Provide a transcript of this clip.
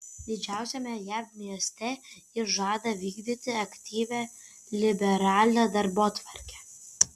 didžiausiame jav mieste jis žada vykdyti aktyvią liberalią darbotvarkę